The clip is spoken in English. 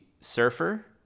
surfer